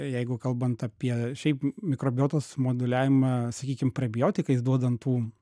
jeigu kalbant apie šiaip mikrobiotos moduliavimą sakykim prebiotikais duodant tų